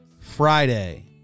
Friday